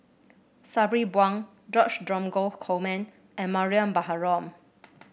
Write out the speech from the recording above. Sabri Buang George Dromgold Coleman and Mariam Baharom